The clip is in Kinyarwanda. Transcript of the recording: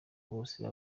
bose